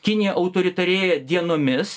kinija autoritarėja dienomis